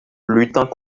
luttant